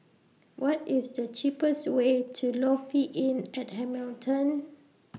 What IS The cheapest Way to Lofi Inn At Hamilton